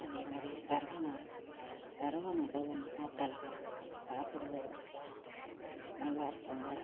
அதே மாதிரி சரவணா சரவணபவன் ஹோட்டலில் சாப்பிடுவதற்கு நல்லா இருக்குங்க